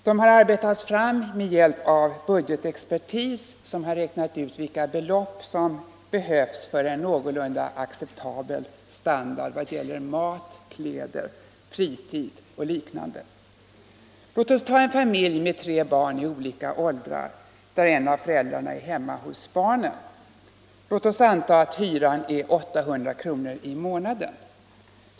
De har arbetats fram med hjälp av budgetexpertis, som har räknat ut vilka belopp som behövs för en någorlunda acceptabel standard vad gäller mat, kläder, fritid osv. Låt oss ta en familj med tre barn i olika åldrar, där en av föräldrarna är hemma hos barnen. Låt oss anta att hyran är 800 kr. i månaden.